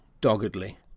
doggedly